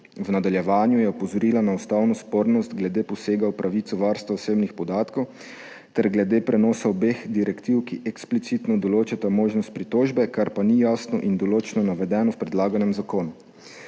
V nadaljevanju je opozorila na ustavno spornost glede posega v pravico varstva osebnih podatkov ter glede prenosa obeh direktiv, ki eksplicitno določata možnost pritožbe, kar pa ni jasno in določno navedeno v predlaganem zakonu.